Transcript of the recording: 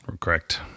Correct